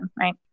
Right